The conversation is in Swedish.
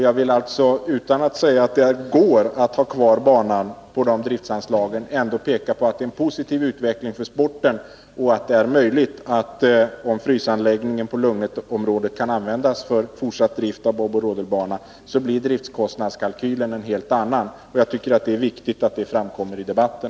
Jag vill alltså, utan att säga att det går att ha kvar banan med de driftanslag som utgår, ändå påpeka att det är en positiv utveckling för sporten. Om frysanläggningen på Lugnetområdet kan användas för fortsatt drift av boboch rodelbanan, blir driftkostnaden en helt annan. Jag tycker att det är viktigt att det framkommer i debatten.